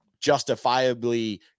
justifiably